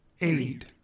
aid